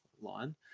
line